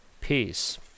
peace